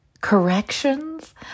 corrections